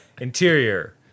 Interior